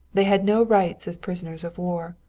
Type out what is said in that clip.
they had no rights as prisoners of war.